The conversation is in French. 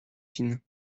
fine